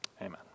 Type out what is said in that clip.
Amen